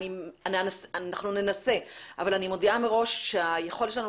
אנחנו ננסה אבל אני מודיעה מראש שהיכולת שלנו